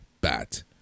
bat